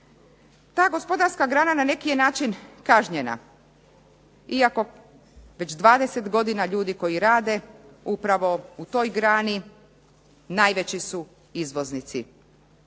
Ta gospodarska grana na neki je način kažnjena. Iako već 20 godina ljudi koji rade upravo u toj grani najveći su izvoznici.